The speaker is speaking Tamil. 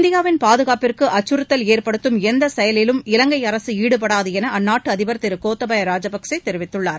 இந்தியாவின் பாதுகாப்புக்கு அச்சுறுத்தல் ஏற்படுத்தும் எந்த செயலிலும் இவங்கை அரசு ஈடுபடாது என அந்நாட்டு அதிபர் திரு கோத்தபய ராஜபக்சே தெரிவித்துள்ளார்